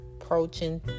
approaching